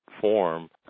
form